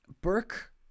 Burke